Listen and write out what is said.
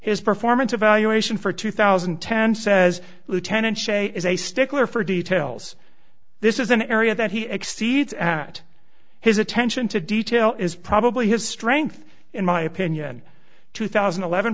his performance evaluation for two thousand and ten says lieutenant shea is a stickler for details this is an area that he exceeds at his attention to detail is probably his strength in my opinion two thousand and eleven